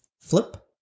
Flip